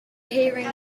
hearing